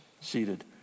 seated